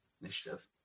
initiative